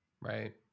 Right